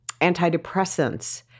antidepressants